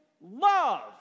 love